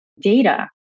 data